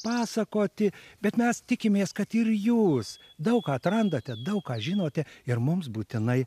pasakoti bet mes tikimės kad ir jūs daug atrandate daug ką žinote ir mums būtinai